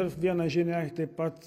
dar viena žinia taip pat